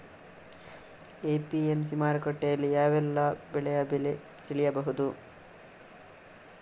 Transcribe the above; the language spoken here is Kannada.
ಎ.ಪಿ.ಎಂ.ಸಿ ಮಾರುಕಟ್ಟೆಯಲ್ಲಿ ಯಾವೆಲ್ಲಾ ಬೆಳೆಯ ಬೆಲೆ ತಿಳಿಬಹುದು?